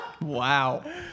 Wow